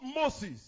Moses